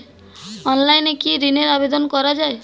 অনলাইনে কি ঋনের আবেদন করা যায়?